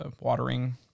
watering